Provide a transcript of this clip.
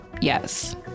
Yes